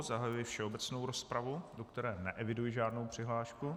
Zahajuji všeobecnou rozpravu, do které neeviduji žádnou přihlášku.